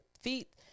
feet